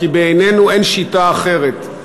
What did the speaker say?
כי בעינינו אין שיטה אחרת.